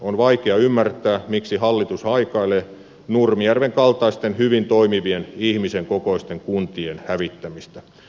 on vaikea ymmärtää miksi hallitus haikailee nurmijärven kaltaisten hyvin toimivien ihmisen kokoisten kuntien hävittämistä